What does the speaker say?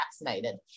vaccinated